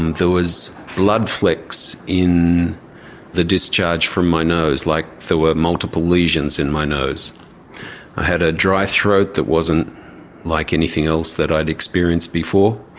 and there was blood flecks in the discharge from my nose, like there were multiple lesions in my nose. i had a dry throat that wasn't like anything else that i'd experienced before.